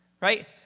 Right